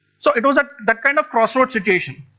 so it was that kind of cross road situation,